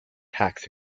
tax